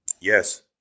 Yes